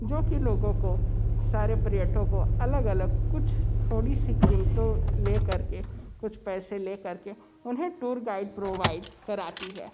जो कि लोगों को सारे पर्यटों को अलग अलग कुछ थोड़ी सी कीमतों लेकर के कुछ पैसे लेकर के उन्हें टूर गाइड प्रोवाइड कराती है